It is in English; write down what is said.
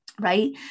Right